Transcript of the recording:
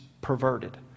perverted